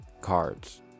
cards